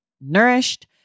nourished